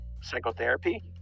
psychotherapy